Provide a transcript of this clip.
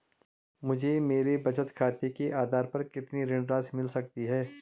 मुझे मेरे बचत खाते के आधार पर कितनी ऋण राशि मिल सकती है?